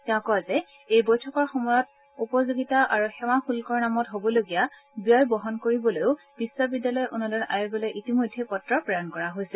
তেওঁ কয় যে এই বৈঠকৰ সময়ত উপযোগিতা আৰু সেৱা শুল্কৰ নামত হবলগীয়া ব্যয় বহন কৰিবলৈ বিশ্ববিদ্যালয় অনূদান আয়োগলৈ ইতিমধ্যে পত্ৰ প্ৰেৰণ কৰা হৈছে